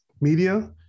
media